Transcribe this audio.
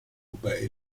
wobei